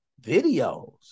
videos